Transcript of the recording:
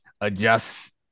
adjust